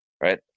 right